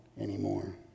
anymore